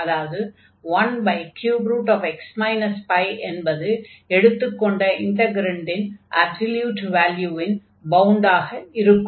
அதாவது 13x π என்பது எடுத்துக்கொண்ட இன்டக்ரன்டின் அப்சொல்யூட் வால்யூவின் பவுண்டாக இருக்கும்